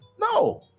no